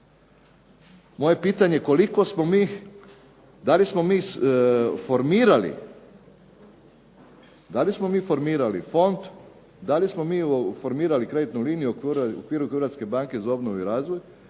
smo mi, da li smo mi formirali fond, da li smo mi formirali kreditnu liniju u okviru Hrvatske banke za obnovu i razvoj